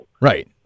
Right